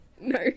No